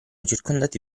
circondati